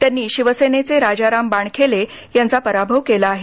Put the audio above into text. त्यांनी शिवसेनेचे राजाराम बाणखेले यांचा पराभव केला आहे